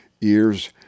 years